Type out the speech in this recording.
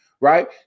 right